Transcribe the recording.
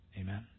Amen